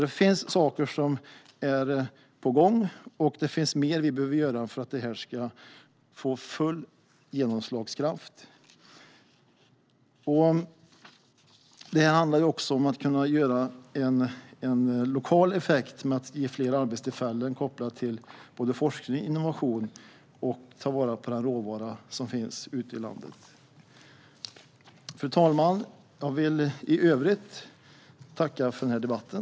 Det är saker på gång, och mer behöver göras för att detta ska få full genomslagskraft. Det handlar också om en lokal effekt där det kan skapas fler arbetstillfällen kopplade till både forskning och innovation samtidigt som man tar vara på den råvara som finns ute i landet. Fru talman! Jag vill i övrigt tacka för den här debatten.